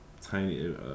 tiny